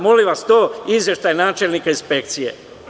Molim vas to je izveštaj načelnika inspekcije.